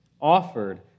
offered